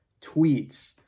tweets